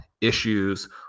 issues